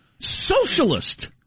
socialist